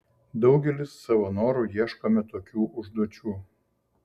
daugelis savo noru ieškome tokių užduočių